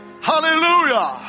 hallelujah